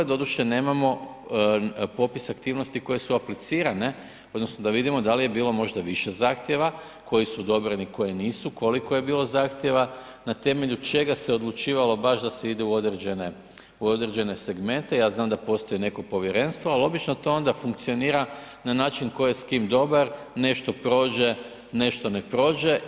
Doduše nemamo popis aktivnosti koje su aplicirane, odnosno da vidimo da li je bilo možda više zahtjeva koji su odobreni, koji nisu, koliko je bilo zahtjeva, na temelju čega se odlučivalo baš da se ide u određene segmente, ja znam da postoji neko povjerenstvo ali obično to onda funkcionira na način tko je s kime dobar, nešto prođe, nešto ne prođe.